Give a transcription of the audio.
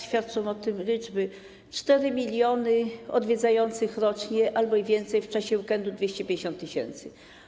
Świadczą o tym liczby: 4 mln odwiedzających rocznie albo i więcej, w czasie weekendu 250 tys.